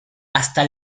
hasta